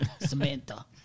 Samantha